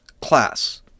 class